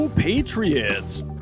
Patriots